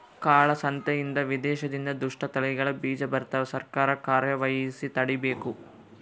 ಕಾಳ ಸಂತೆಯಿಂದ ವಿದೇಶದಿಂದ ದುಷ್ಟ ತಳಿಗಳ ಬೀಜ ಬರ್ತವ ಸರ್ಕಾರ ಕ್ರಮವಹಿಸಿ ತಡೀಬೇಕು